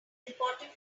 important